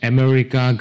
America